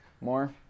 more